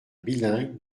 bilingue